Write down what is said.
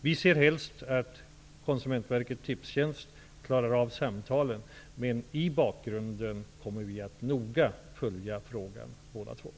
Vi ser helst att Konsumentverket och Tipstjänst klarar av samtalen, men vi kommer båda att noga följa frågan i bakgrunden.